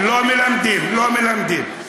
לא מלמדים.